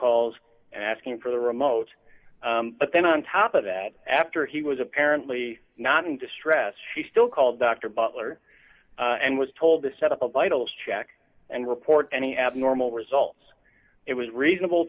calls and asking for the remote but then on top of that after he was apparently not in distress he still called dr butler and was told to set up a vitals check and report any abnormal results it was reasonable